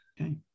Okay